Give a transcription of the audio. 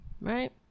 right